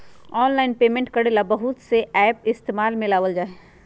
online payment करे ला बहुत से एप इस्तेमाल में लावल जा हई